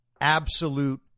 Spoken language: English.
absolute